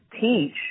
teach